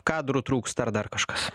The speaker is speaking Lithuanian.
kadrų trūksta ar dar kažkas